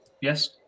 yes